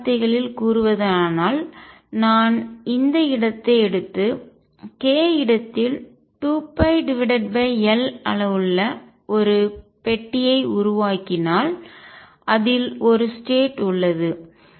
வேறு வார்த்தைகளில் கூறுவதானால் நான் இந்த இடத்தை எடுத்து k இடத்தில் 2π L அளவுள்ள ஒரு பெட்டியை உருவாக்கினால் அதில் ஒரு ஸ்டேட் நிலை உள்ளது